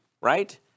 right